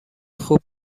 خوب